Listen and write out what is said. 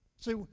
See